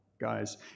guys